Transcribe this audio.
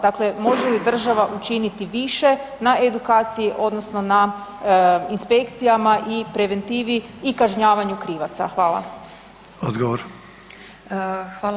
Dakle, može li država učiniti više na edukaciji odnosno na inspekcijama i preventivi i kažnjavanju krivaca?